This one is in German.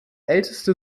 älteste